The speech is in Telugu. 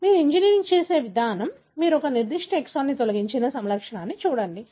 మీరు ఇంజనీర్ చేసే విధానం మీరు ఒక నిర్దిష్ట ఎక్సాన్ను తొలగించి సమలక్షణాన్ని చూడండి